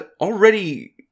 already